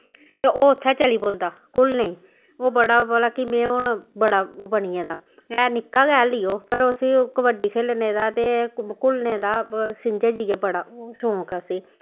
ते ओह् उत्थै चली पौंदा घुलने गी ओह् बड़ा भला कि हून में बड़ा ओह् बनी गेदा है निक्का गै हाल्ली ओह् पर उस्सी कब्बडी खेलने दा ते घुलने दा शिंजें जाइयै बड़ा ओह् शौंक ऐ उस्सी